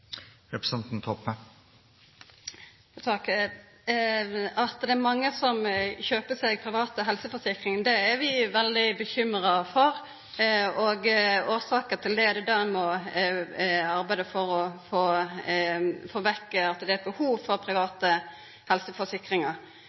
At det er mange som kjøper seg private helseforsikringar, er vi veldig bekymra for, og at det er eit behov for private helseforsikringar, må ein arbeida for å få vekk. Så er det jo sånn at sjølv dei som har private helseforsikringar,